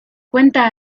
cuenta